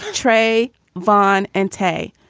tray von and tay.